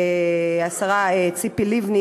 השרה ציפי לבני,